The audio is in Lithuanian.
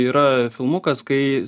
yra filmukas kai